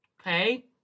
okay